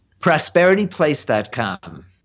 Prosperityplace.com